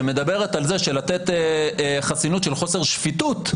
שמדברת על לתת חסינות של חוסר שפיטות,